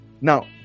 now